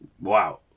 wow